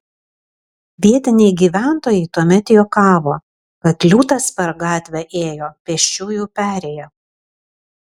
vietiniai gyventojai tuomet juokavo kad liūtas per gatvę ėjo pėsčiųjų perėja